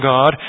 God